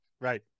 Right